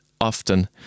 often